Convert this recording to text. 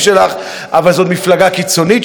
אבל זאת מפלגה קיצונית שלא מייצגת,